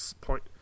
point